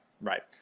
right